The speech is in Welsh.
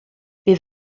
bydd